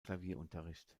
klavierunterricht